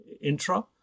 intra